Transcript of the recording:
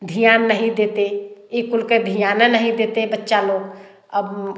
ध्यान नहीं देते ई कुल के ध्याने नहीं देते बच्चा लोग अब